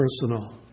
personal